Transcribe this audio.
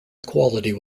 equality